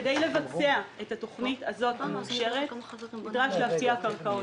כדי לבצע את התוכנית המאושרת הזאת נדרש להפקיע קרקעות,